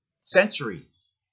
centuries